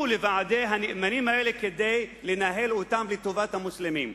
לוועדי הנאמנים האלה כדי לנהל אותם לטובת המוסלמים.